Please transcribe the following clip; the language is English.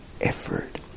effort